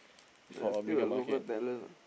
for a bigger market